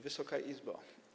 Wysoka Izbo!